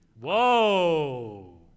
Whoa